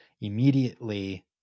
immediately